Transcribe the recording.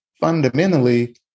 fundamentally